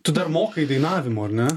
tu dar mokai dainavimo ar ne